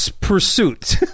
Pursuit